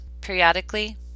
periodically